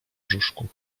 brzuszku